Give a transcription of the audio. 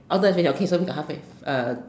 okay uh